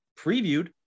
previewed